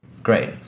Great